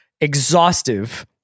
exhaustive